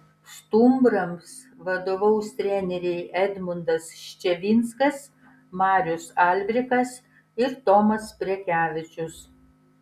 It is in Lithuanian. stumbrams vadovaus treneriai edmundas ščiavinskas marius albrikas ir tomas prekevičius